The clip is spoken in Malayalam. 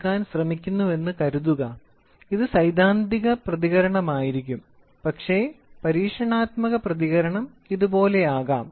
R എടുക്കാൻ ശ്രമിക്കുന്നുവെന്ന് കരുതുക ഇത് സൈദ്ധാന്തിക പ്രതികരണമായിരിക്കും പക്ഷേ പരീക്ഷണാത്മക പ്രതികരണം ഇതുപോലെയാകാം